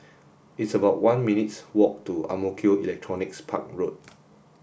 it's about one minutes' walk to Ang Mo Kio Electronics Park Road